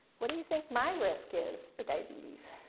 what do you think my risk is for diabetes?